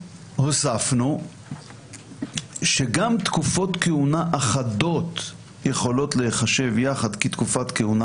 הוספנו שגם תקופות כהונה אחדות יכולות להיחשב יחד כתקופת כהונה